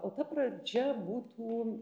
o ta pradžia būtų